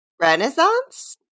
Renaissance